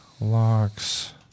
Locks